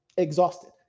Exhausted